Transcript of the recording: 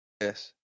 Yes